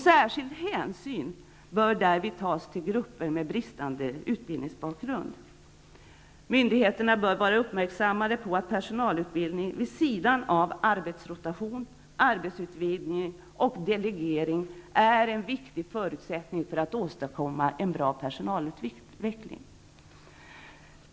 Särskild hänsyn bör därvid tas till grupper med bristande utbildningsbakgrund. Myndigheterna bör vara medvetna om att personalutbildning vid sidan av arbetsrotation, arbetsutvidgning och delegering är en viktig förutsättning för att åstadkomma en bra personalutveckling.